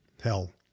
hell